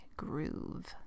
groove